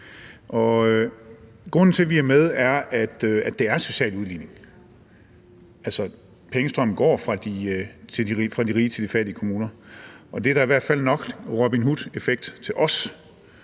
Grunden til, at vi er med, er, at det skaber social udligning. Pengestrømmen går fra de rige til fattige kommuner, og det er i hvert fald nok Robin Hood-effekt til os